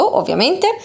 ovviamente